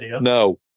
no